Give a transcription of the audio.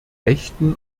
echten